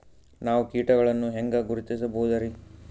ನಾವು ಕೀಟಗಳನ್ನು ಹೆಂಗ ಗುರುತಿಸಬೋದರಿ?